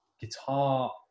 guitar